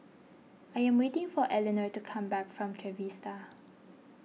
I am waiting for Elenor to come back from Trevista